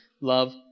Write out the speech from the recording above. Love